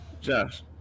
Josh